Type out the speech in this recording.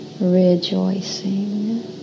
rejoicing